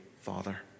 Father